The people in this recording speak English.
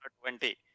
twenty